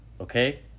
okay